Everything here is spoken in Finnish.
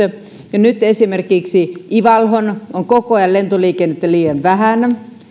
nyt esimerkiksi ivaloon on koko ajan lentoliikennettä liian vähän